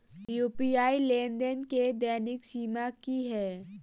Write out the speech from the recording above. UPI लेनदेन केँ दैनिक सीमा की है?